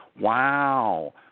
wow